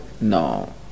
No